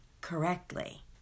correctly